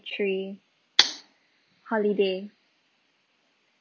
three holiday